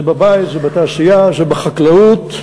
זה בבית, זה בתעשייה, זה בחקלאות,